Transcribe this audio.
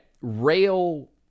rail